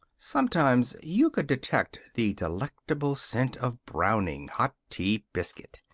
sometimes you could detect the delectable scent of browning, hot tea biscuit.